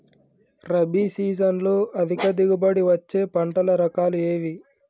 రబీ సీజన్లో అధిక దిగుబడి వచ్చే పంటల రకాలు ఏవి?